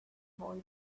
boy